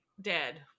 dead